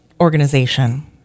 organization